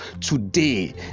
today